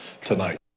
tonight